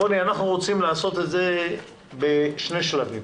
רוני, אנחנו רוצים לעשות את זה בשני שלבים.